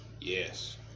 Yes